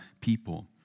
people